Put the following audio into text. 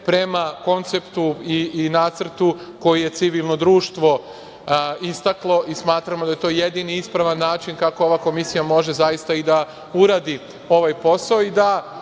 prema konceptu i nacrtu koji je civilno društvo istaklo i smatramo da je to jedini ispravan način kako ova komisija može zaista i da uradi ovaj posao i da